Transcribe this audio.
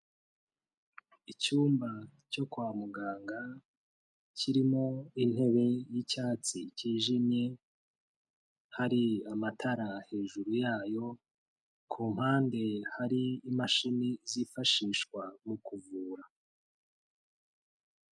Icyumba cyo kwa muganga kirimo intebe y'icyatsi cyijimye, hari amatara hejuru yayo, ku mpande hari imashini zifashishwa mu kuvura.